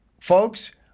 folks